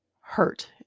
hurt